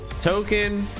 Token